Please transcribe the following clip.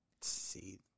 see